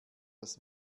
das